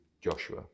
Joshua